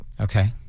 Okay